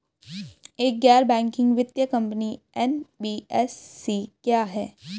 एक गैर बैंकिंग वित्तीय कंपनी एन.बी.एफ.सी क्या है?